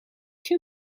que